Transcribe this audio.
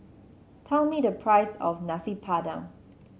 tell me the price of Nasi Padang